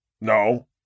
no